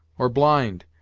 or blind,